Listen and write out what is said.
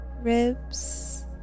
ribs